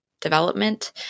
development